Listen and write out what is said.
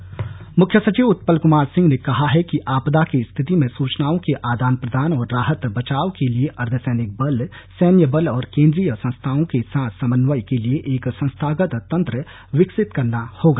बैठक मुख्य सचिव उत्पल कुमार सिंह ने कहा है कि आपदा की स्थिति में सूचनाओं के आदान प्रदान और राहत बचाव के लिए अर्द्वसैनिक बल सैन्य बल और केंद्रीय संस्थाओं के साथ समन्वय के लिए एक संस्थागत तंत्र विकसित करना होगा